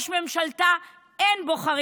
הודעה למזכיר הכנסת, בבקשה.